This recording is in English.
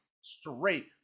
straight